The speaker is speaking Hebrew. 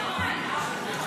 (קורא בשמות חברי הכנסת)